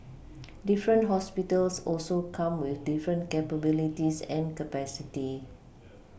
different hospitals also come with different capabilities and capacity